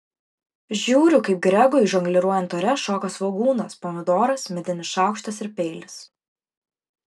žiūriu kaip gregui žongliruojant ore šoka svogūnas pomidoras medinis šaukštas ir peilis